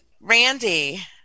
Randy